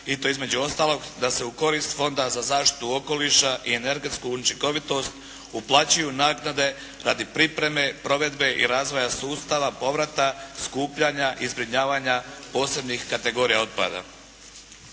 i to između ostalog, da se u korist Fonda za zaštitu okoliša i energetsku učinkovitost uplaćuju naknade radi pripreme, provedbe i razvoja sustava, povrata, skupljanja i zbrinjavanja posebnih kategorija otpada.